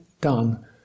done